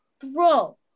throw